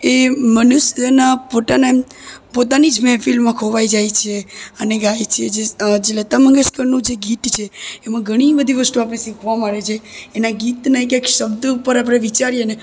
એ મનુષ્યના પોતાના પોતાની જ મેહફિલમાં ખોવાઈ જાય છે અને ગાય છે જે લતા મંગેશકરનું જે ગીત છે એમાં ઘણી બધી વસ્તુ આપણે શીખવા મળે છે એના ગીતના એક એક શબ્દ ઉપર આપણે વિચારીએ ને